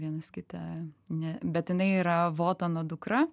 vienas kitą ne bet jinai yra votano dukra